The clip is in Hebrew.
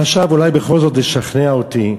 הוא חשב שאולי בכל זאת הוא ישכנע אותי,